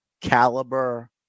caliber